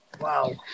Wow